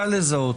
קל לזהות.